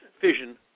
fission